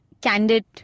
candid